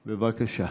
בבקשה.